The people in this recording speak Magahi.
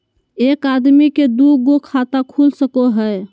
एक आदमी के दू गो खाता खुल सको है?